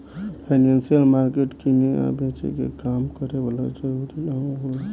financial market किने आ बेचे के काम करे वाला जरूरी अंग होला